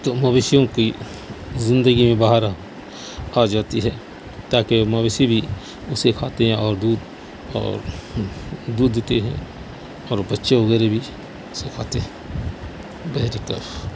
تو مویشیوں کی زندگی میں بہار آ جاتی ہے تاکہ مویشی بھی اسے کھاتے ہیں اور دودھ اور دودھ دیتے ہیں اور بچے وغیرہ بھی اسے کھاتے ہیں بہر کیف